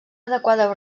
adequada